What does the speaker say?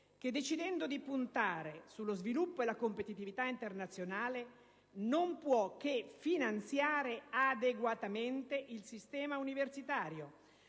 che decidendo di puntare sullo sviluppo e la competitività internazionale non può che finanziare adeguatamente il sistema universitario,